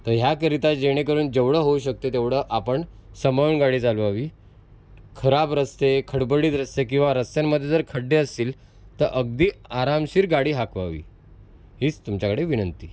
तर ह्याकरीता जेणेकरून जेवढं होऊ शकतं तेवढं आपण सांभाळून गाडी चालवावी खराब रस्ते खडबडीत रस्ते किंवा रस्त्यांमध्ये जर खड्डे असतील तर अगदी आरामशीर गाडी हाकवावी हीच तुमच्याकडे विनंती